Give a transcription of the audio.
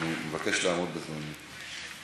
אני מבקש לעמוד בזמנים.